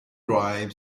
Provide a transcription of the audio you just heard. ripe